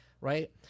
right